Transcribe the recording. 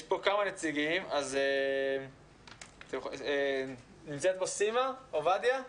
יש פה כמה נציגים, נמצאת פה סימה עובדיה,